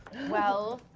well,